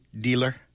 dealer